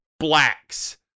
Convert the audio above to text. Black's